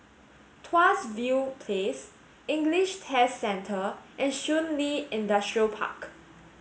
Tuas View Place English Test Centre and Shun Li Industrial Park